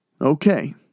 Okay